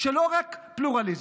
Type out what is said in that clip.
לא רק פלורליזם.